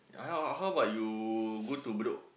uh how how how about you go to bedok